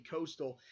Coastal